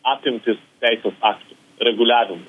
apimtys teisės aktų reguliavimo